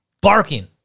Barking